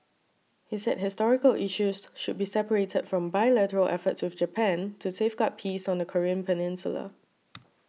he said historical issues should be separated from bilateral efforts with Japan to safeguard peace on the Korean peninsula